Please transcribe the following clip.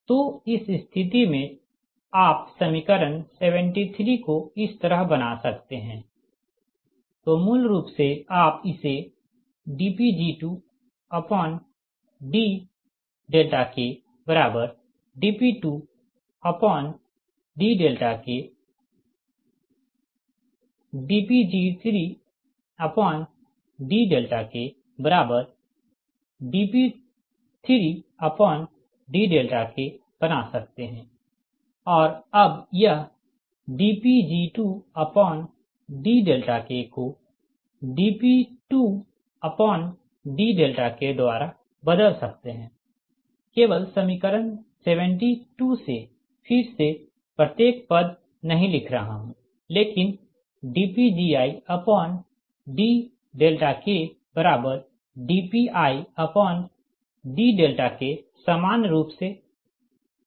तो इस स्थिति में आप समीकरण 73 को इस तरह बना सकते हैं तो मूल रूप से आप इसे dPg2dKdP2dK dPg3dKdP3dK बना सकते हैं और अब यह dPg2dK को dP2dK द्वारा बदल सकते हैं केवल समीकरण 72 से फिर से प्रत्येक पद नही लिख रहा हूँ लेकिन dPgidKdPidK सामान्य रूप से समझने योग्य है